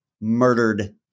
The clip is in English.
murdered